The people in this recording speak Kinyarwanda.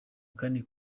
kane